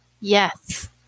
Yes